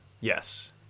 Yes